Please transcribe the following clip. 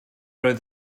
oedd